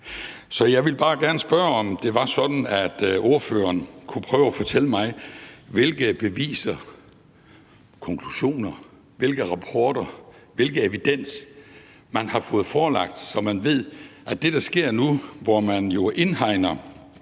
Så jeg ville bare gerne spørge, om det var sådan, at ordføreren kunne prøve at fortælle mig, hvilke beviser, hvilke konklusioner, hvilke rapporter, hvilken evidens man har fået forelagt, så man ved, at det, der sker nu, hvor man jo indhegner